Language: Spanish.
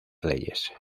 leyes